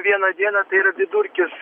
vieną dieną tai yra vidurkis